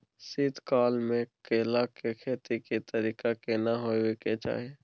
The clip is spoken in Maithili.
शीत काल म केला के खेती के तरीका केना होबय के चाही?